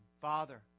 Father